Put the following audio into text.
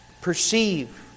perceive